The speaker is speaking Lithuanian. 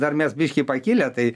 dar mes biškį pakilę tai